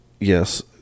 yes